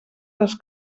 les